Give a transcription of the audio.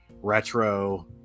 retro